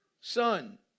son